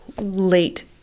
late